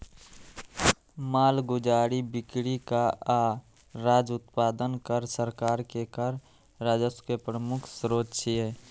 मालगुजारी, बिक्री कर आ राज्य उत्पादन कर सरकार के कर राजस्व के प्रमुख स्रोत छियै